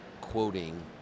quoting